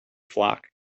flock